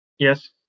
Yes